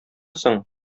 соң